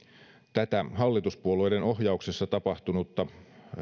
tätä hallituspuolueiden ohjauksessa tapahtunutta